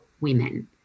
women